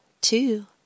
two